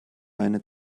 eine